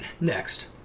next